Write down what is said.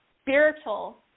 spiritual